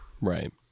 Right